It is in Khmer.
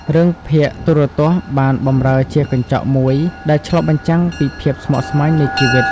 រឿងភាគទូរទស្សន៍បានបម្រើជាកញ្ចក់មួយដែលឆ្លុះបញ្ចាំងពីភាពស្មុគស្មាញនៃជីវិត។